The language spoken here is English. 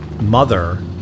mother